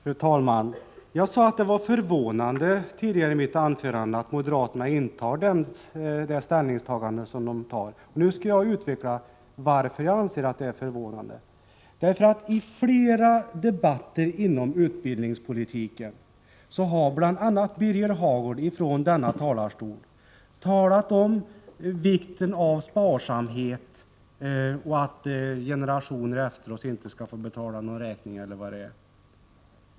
Fru talman! Jag sade i mitt tidigare anförande att det var förvånande att moderaterna intar detta ställningstagande. Nu skall jag utveckla varför jag anser att det är förvånande. I flera debatter rörande utbildningspolitiken har bl.a. Birger Hagård från denna talarstol talat om vikten av sparsamhet och av att generationer efter oss inte skall behöva betala våra räkningar, osv.